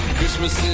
Christmas